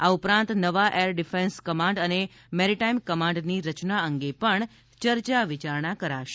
આ ઉપરાંત નવા એર ડિફેન્સ કમાન્ડ અને મેરીટાઈમ કમાન્ડની રચના અંગે ચર્ચા વિચારણા કરાશે